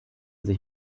sich